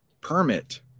permit